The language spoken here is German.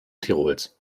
tirols